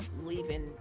leaving